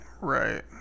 right